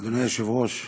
אדוני היושב-ראש,